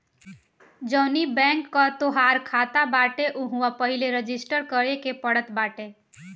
जवनी बैंक कअ तोहार खाता बाटे उहवा पहिले रजिस्टर करे के पड़त बाटे